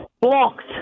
Blocked